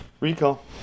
Recall